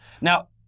Now